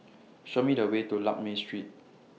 Show Me The Way to Lakme Street